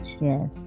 yes